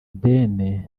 ideni